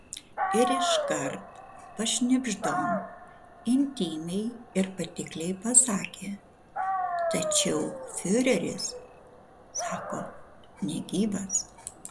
ir iškart pašnibždom intymiai ir patikliai pasakė tačiau fiureris sako negyvas